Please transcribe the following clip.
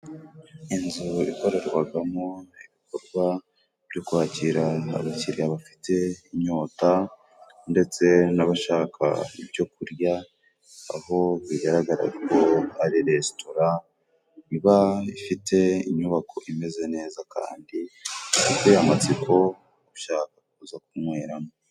Inzu ikorerwagamo ibikorwa byo kwakira abakiriya bafite inyota, ndetse n'abashaka ibyo kurya, aho bigaragara ko hari resitora iba ifite inyubako imeze neza, kandi iteye amatsiko yo gushaka kuza kunweramo